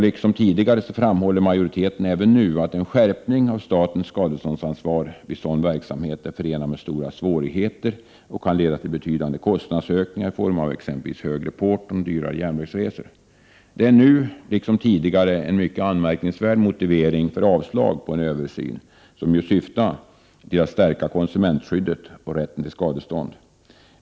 Liksom tidigare framhåller majoriteten även nu att en skärpning av statens skadeståndsansvar vid sådan verksamhet är förenad med stora svårigheter och kan leda till betydande kostnadsökningar i form av t.ex. högre porton och dyrare järnvägsresor. Det är nu — liksom tidigare — en mycket anmärkningsvärd motivering för avslag på en översyn som syftar till att stärka konsumentskyddet och rätten till skadestånd.